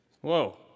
Whoa